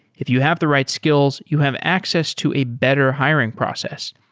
if you have the right skills, you have access to a better hiring process.